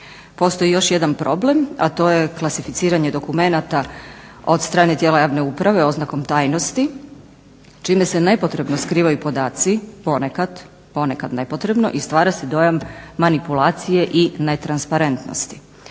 Postoji još jedan problem, a to je klasificiranje dokumenata od strane tijela javne uprave oznakom tajnosti čime se nepotrebno skrivaju podaci ponekad, ponekad nepotrebno, i stvara se dojam manipulacije i netransparentnosti.